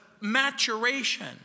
maturation